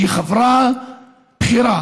שהיא חברה בכירה